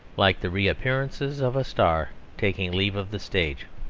like the reappearances of a star taking leave of the stage.